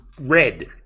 red